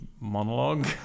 monologue